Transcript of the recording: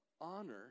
Honor